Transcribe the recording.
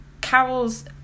Carol's